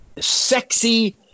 sexy